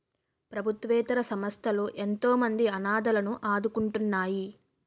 ప్రభుత్వేతర సంస్థలు ఎంతోమంది అనాధలను ఆదుకుంటున్నాయి